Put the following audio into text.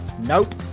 Nope